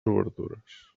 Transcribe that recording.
obertures